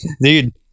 dude